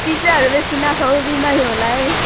पिज्जाहरू बेसी नखाऊ बिमारी होला है